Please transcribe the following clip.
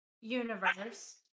universe